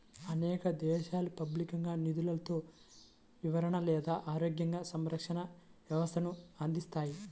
అనేక దేశాలు పబ్లిక్గా నిధులతో విరమణ లేదా ఆరోగ్య సంరక్షణ వ్యవస్థలను అందిస్తాయి